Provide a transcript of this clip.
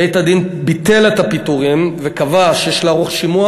בית-הדין ביטל את הפיטורים וקבע שיש לערוך שימוע